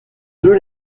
deux